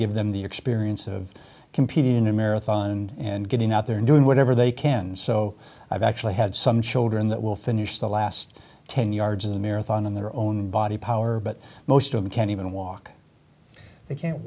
give them the experience of compete in a marathon and getting out there and doing whatever they can so i've actually had some children that will finish the last ten yards of the marathon on their own body power but most of you can't even walk they can't